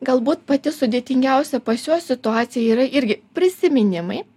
galbūt pati sudėtingiausia pas juos situacija yra irgi prisiminimai